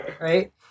right